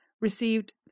received